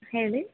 ಹೇಳಿ